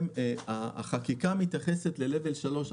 החקיקה מתייחס לרמות 3,